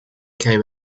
came